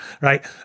right